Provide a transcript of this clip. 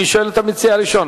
אני שואל את המציע הראשון,